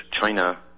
China